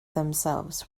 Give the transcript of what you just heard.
themselves